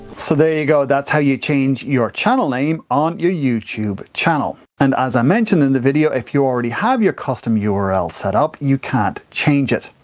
so, there you go, that's how you change your channel name on your youtube channel. and as i mentioned in the video, if you already have your custom url set up, you can't change it.